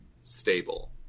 stable